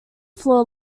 floor